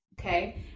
Okay